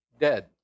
dead